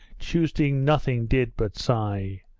tuesday nothing did but sigh,